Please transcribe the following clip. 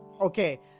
okay